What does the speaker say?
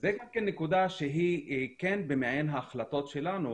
זו נקודה שהיא כן במעין ההחלטות שלנו